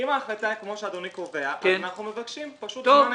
אם ההחלטה היא כמו שאדוני קובע אז אנחנו מבקשים פשוט -- טוב,